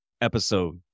episode